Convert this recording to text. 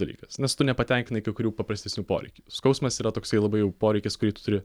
dalykas nes tu nepatenkinai kai kurių paprastesnių poreikių skausmas yra toksai labai jau poreikis kurį tu turi